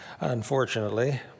unfortunately